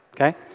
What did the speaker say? okay